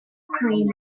clean